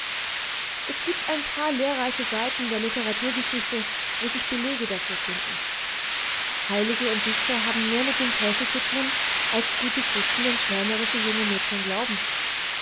es giebt ein paar lehrreiche seiten der literaturgeschichte wo sich belege dafür finden heilige und dichter haben mehr mit dem teufel zu thun als gute christen und schwärmerische junge mädchen glauben